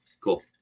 cool